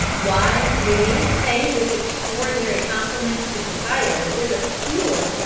why linnaeus paid this extraordinary compliment to cacao is obscure,